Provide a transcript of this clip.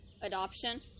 Adoption